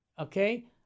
okay